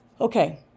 Okay